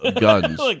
guns